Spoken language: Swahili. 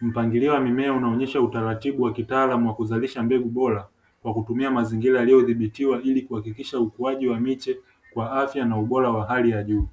mpangilio wa mimea unaonyesha utaratibu wa kitaalamu wa kuzalisha mbegu bora, kwa kutumia mazingira yaliyodhibitiwa ili kuhakikisha ukuaji wa miche kwa afya na ubora wa hali ya juu.